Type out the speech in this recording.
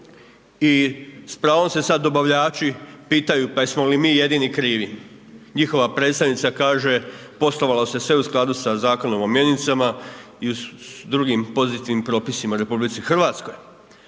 i sa pravom se sad dobavljači pitaju pa jesmo li mi jedini krivi. Njihova predstavnica kaže poslovalo se sve u skladu sa Zakonom o mjenicama i s drugim pozitivnim propisima u RH. Pa se